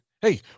hey